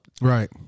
Right